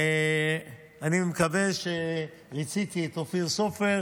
ואני מקווה שריציתי את אופיר סופר